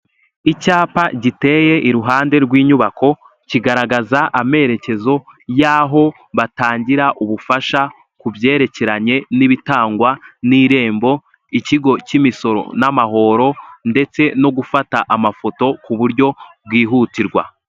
Icyapa giteye iruhande rw'inyubako, kigaragaza amerekezo y'aho batangira ubufasha ku byerekeranye n'ibitangwa n'irembo, ikigo cy'imisoro n'amahoro, ndetse no gufata amafoto ku buryo bwihutirwa.